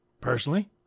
Personally